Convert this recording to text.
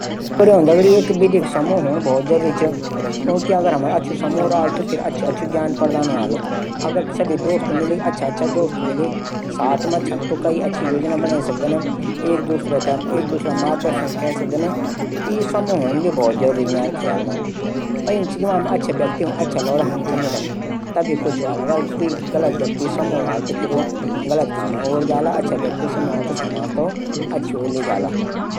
आज क दौर लोग पुराना दौर लुखूं से ज्यादा यात्रा करदन। जू अछु भी ह्वे सकदू बुर भी। अछू इनी की लोग यात्रा मां अपडी सांस्कृतिक बारे मा जाण सकदा। बुरू इनकी ज्यादा यात्रा कन मा पर्यावरण प्रदूषण फैलदू लोग कई प्रकार संसाधनों का प्रयोग कैरी गंदगी फैलादन।